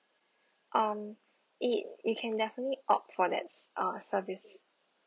um it you can definitely opt for that uh service